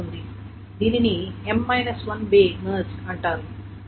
దీనిని M 1 way merge అంటారు